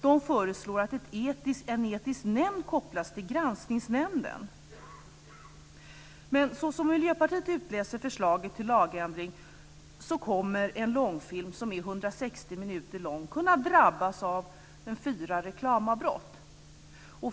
De föreslår att en etisk nämnd kopplas till Granskningsnämnden. Men som Miljöpartiet utläser förslaget till lagändring kommer en långfilm som är 160 minuter lång att kunna drabbas av fyra reklamavbrott.